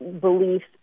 belief